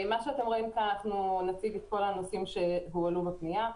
אנחנו נציג את כל הנושאים שהועלו בפנייה.